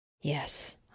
Yes